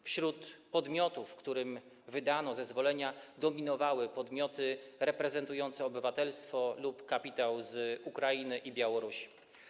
Wśród podmiotów, którym wydano zezwolenia, dominowały podmioty reprezentujące obywatelstwo lub kapitał z Ukrainy i Białorusi.